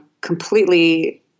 completely